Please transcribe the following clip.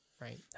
right